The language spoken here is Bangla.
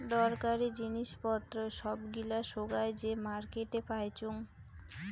দরকারী জিনিস পত্র সব গিলা সোগায় যে মার্কেটে পাইচুঙ